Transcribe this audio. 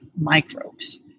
microbes